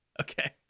okay